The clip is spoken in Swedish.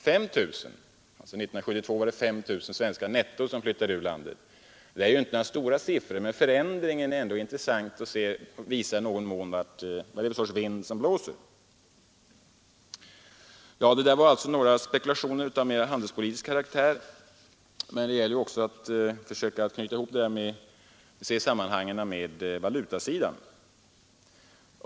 År 1972 var det netto 5 000 svenskar som flyttade ut. Det där är ju inte några stora siffror, men förändringen är ändock intressant. Den visar i någon mån vad det är för vind som blåser. Detta var några spekulationer av handelspolitisk karaktär, men det gäller också att se sammanhangen med valutasidan.